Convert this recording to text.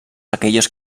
aquellos